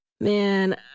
Man